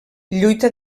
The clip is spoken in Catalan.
lluita